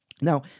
Now